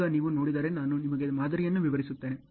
ಈಗ ನೀವು ನೋಡಿದರೆ ನಾನು ನಿಮಗೆ ಮಾದರಿಯನ್ನು ವಿವರಿಸುತ್ತೇನೆ